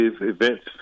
events